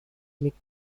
mick